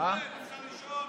אפשר לישון,